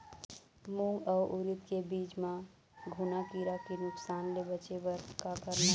मूंग अउ उरीद के बीज म घुना किरा के नुकसान ले बचे बर का करना ये?